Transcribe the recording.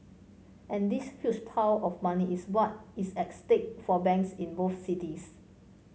and this huge pile of money is what is at stake for banks in both cities